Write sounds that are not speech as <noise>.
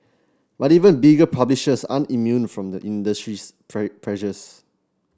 but even bigger publishers aren't immune from the industry's <unintelligible> pressures